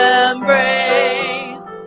embrace